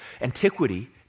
antiquity